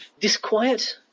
disquiet